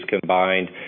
combined